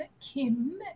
Kim